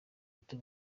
muto